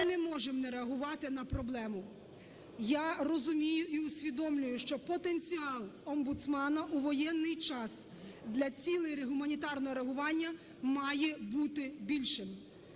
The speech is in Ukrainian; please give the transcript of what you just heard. ми не можемо не реагувати на проблему. Я розумію і усвідомлюю, що потенціал омбудсмена у воєнний час для цілей гуманітарного реагування має бути більшим.